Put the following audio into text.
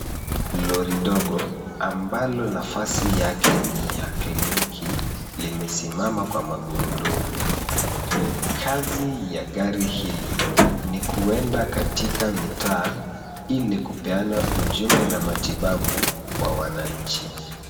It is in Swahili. Lori ndogo, ambalo nafasi yake ni ya kliniki limesimama kwa magurudumu. Kazi ya gari hili ni kuenda katika mitaa ili kupeana ujumbe na matibabu kwa wananchi.